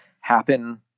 happen